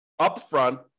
upfront